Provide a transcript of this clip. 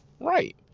Right